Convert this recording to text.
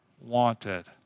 wanted